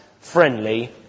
friendly